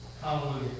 Hallelujah